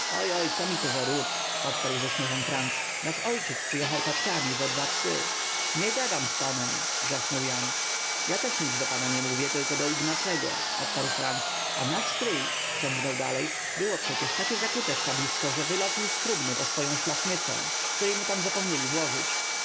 co mi to za ród odparł ze śmiechem franc nasz ojciec przyjechał taczkami we dwa psy nie gadam z panem wrzasnął jan ja też nie do pana mówię tylko do ignacego odparł franc a nasz stryj ciągnął dalej było przecie takie zakute szwabisko że wylazł z trumny po swoję szlafmycę której mu tam zapomnieli włożyć